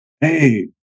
hey